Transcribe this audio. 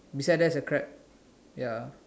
beside there is a crab ya